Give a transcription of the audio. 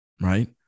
right